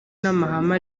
n’amahame